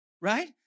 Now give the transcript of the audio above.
right